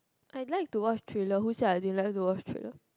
I like to watch thriller who said I didn't like to thriller